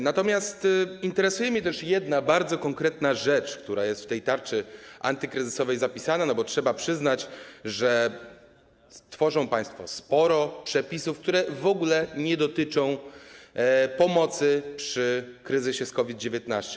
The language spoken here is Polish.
Natomiast interesuje mnie też jedna bardzo konkretna rzecz, która jest w tej tarczy antykryzysowej zapisana, a trzeba przyznać, że tworzą państwo sporo przepisów, które w ogóle nie dotyczą pomocy przy kryzysie związanym z COVID-19.